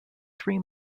three